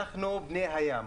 אנחנו בני הים.